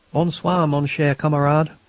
bon-soir, mon cher camarade.